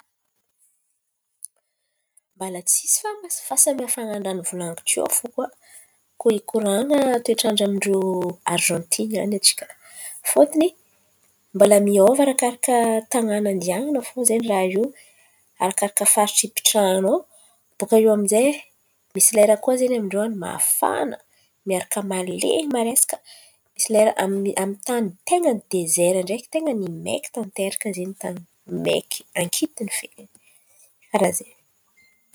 Mbala tsisy fahasamihafan̈a amin'ny raha nivolan̈iko teo fô koa. Koa ikoran̈a toetrandran-drô Arzantina an̈y atsika, miôva arakaraka tan̈àna andianan̈a fô zen̈y raha io, arakaraka faritry ipitrahanao. Baka eo aminjay, misy lera koa zen̈y amin-drô an̈y mafana miaraka mahalen̈y maresaka, misy lera amin'ny tan̈y ten̈a dezera ndraiky ten̈a ny maiky tanteraka tan̈y ankitin̈y feky tan̈y karàn'izen̈y.